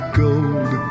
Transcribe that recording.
gold